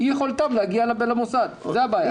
"בשל אי יכולתם להגיע למוסד החינוך", זו הבעיה.